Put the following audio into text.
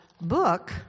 book